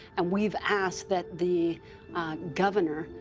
and we've asked that the governor,